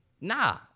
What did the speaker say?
nah